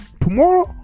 tomorrow